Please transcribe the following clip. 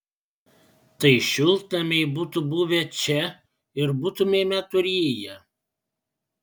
tai šiltnamiai būtų buvę čia ir būtumėme turėję